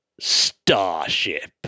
Starship